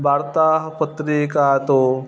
वार्तापत्रिकाः तु